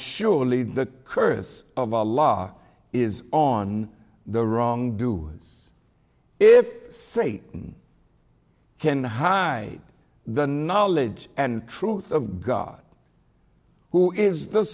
surely the curse of the law is on the wrong do is if say can hide the knowledge and truth of god who is the